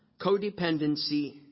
Codependency